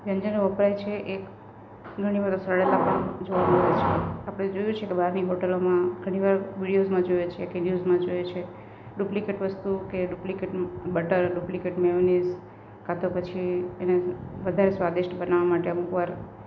વ્યંજનો વપરાય છે એ ઘણી વાર અલગ જોવા મળે છે આપણે જોયું છે કે બહારની હોટલોમાં ધણીવાર વિડિઓઝ જોઈએ છે કે રિલ્સમાં જોઈએ છે ડુપ્લીકેટ વસ્તુ કે ડુપ્લીકેટ બટર ડુપ્લીકેટ મેયોનીઝ ક્યાં તો પછી એને વધારે સ્વાદિષ્ટ બનાવવા માટે અમુક વાર